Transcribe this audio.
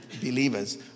believers